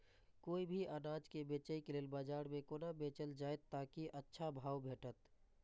कोय भी अनाज के बेचै के लेल बाजार में कोना बेचल जाएत ताकि अच्छा भाव भेटत?